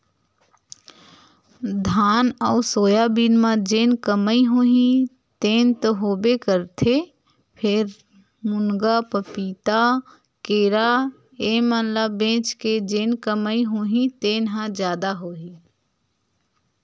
धान अउ सोयाबीन म जेन कमई होही तेन तो होबे करथे फेर, मुनगा, पपीता, केरा ए मन ल बेच के जेन कमई होही तेन ह जादा होही